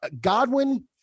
Godwin